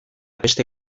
beste